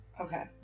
Okay